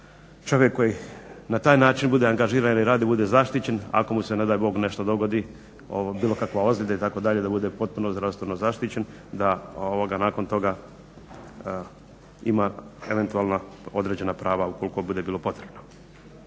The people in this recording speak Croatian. čovjek koji na taj način bude angažiran ili radi da bude zaštićen ako mu se, ne daj bog, nešto dogodi, bilo kakva ozljeda i tako dalje, da bude potpuno zdravstveno zaštićen, da nakon toga ima eventualna određena prava ukoliko bude bilo potrebno.